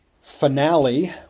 finale